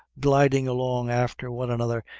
gliding along after one another,